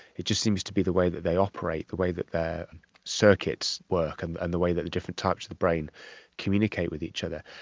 it just seems to be the way that they operate, the way that their circuits work and and the way that the different types of the brain communicate with each other.